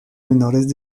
menores